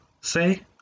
say